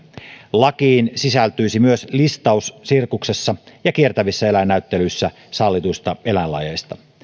lakiin sisältyisi myös listaus sirkuksissa ja kiertävissä eläinnäyttelyissä sallituista eläinlajeista